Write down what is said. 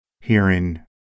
hearing